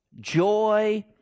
joy